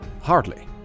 Hardly